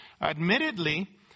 admittedly